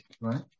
right